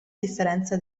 differenza